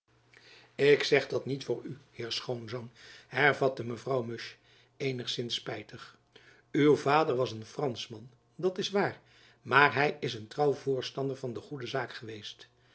ik zeg dat niet voor u heer schoonzoon hervatte mevrouw musch eenigzins spijtig uw vader was een franschman dat is waar maar hy is een trouw voorstander van de goede zaak geweest